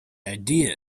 idea